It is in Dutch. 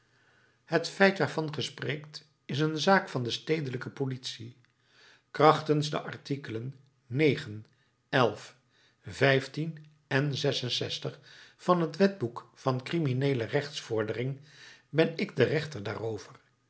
het feit waarvan ge spreekt is een zaak van de stedelijke politie krachtens de artikelen en van het wetboek van crimineele rechtsvordering ben ik de rechter daarover